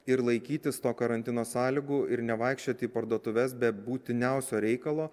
ir laikytis to karantino sąlygų ir nevaikščioti parduotuves be būtiniausio reikalo